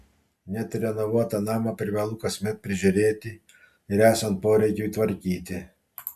net ir renovuotą namą privalu kasmet prižiūrėti ir esant poreikiui tvarkyti